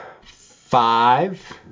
five